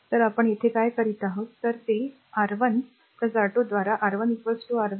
तर आपण येथे काय करीत आहोत तर ते r1 r 2 द्वारा r 1 r 1